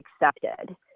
accepted